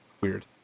weird